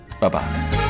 Bye-bye